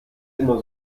immer